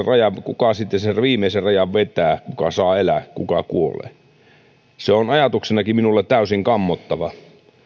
raja kuka sitten sen viimeisen rajan vetää siitä kuka saa elää kuka kuolee se on ajatuksenakin minulle täysin kammottava